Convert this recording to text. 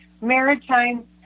maritime